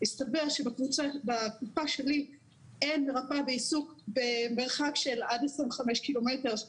הסתבר שבקופה שלי אין מרפא בעיסוק במרחש של עד 25-30